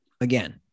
again